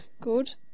Good